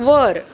वर